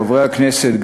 חברי הכנסת,